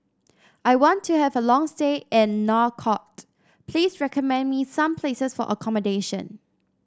I want to have a long stay in Nouakchott Please recommend me some places for accommodation